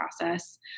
process